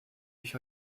ich